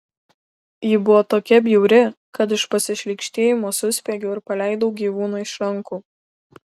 ji buvo tokia bjauri kad iš pasišlykštėjimo suspiegiau ir paleidau gyvūną iš rankų